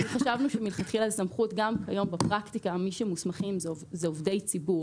גם כיום בפרקטיקה, מי שמוסמכים, אלה עובדי ציבור.